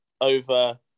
over